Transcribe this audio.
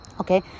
Okay